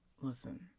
listen